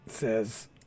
Says